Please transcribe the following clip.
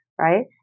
right